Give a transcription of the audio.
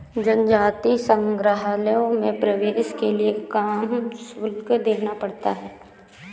जनजातीय संग्रहालयों में प्रवेश के लिए काम शुल्क देना पड़ता है